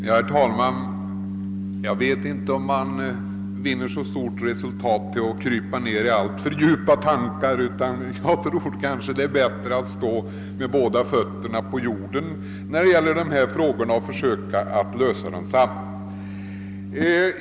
Herr talman! Jag vet inte om man vinner så stort resultat genom att krypa alltför långt ner i djupa tankar — jag tror det är bättre att stå med båda fötterna på jorden när man försöker lösa problemen.